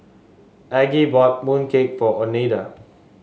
Aggie bought mooncake for Oneida